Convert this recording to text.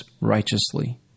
righteously